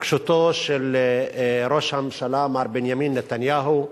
התעקשותו של ראש הממשלה, מר בנימין נתניהו,